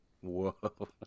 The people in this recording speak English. Whoa